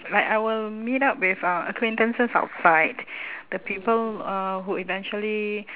like I will meet up with uh acquaintances outside the people uh who eventually